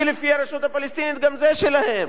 כי לפי הרשות הפלסטינית, גם זה שלהם.